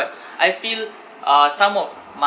I feel uh some of my